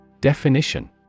Definition